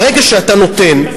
ברגע שאתה נותן,